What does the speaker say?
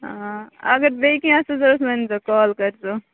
آ اگر بیٚیہِ کیٚنٛہہ آسیو ضوٚرَتھ ؤنۍزیو کال کٔرۍزیو